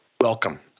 welcome